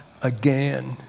again